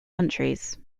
countries